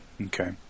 Okay